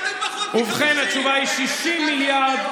ובכן, התשובה היא 60 מיליארד,